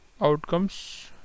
Outcomes